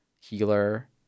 healer